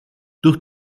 durch